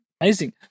amazing